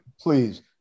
please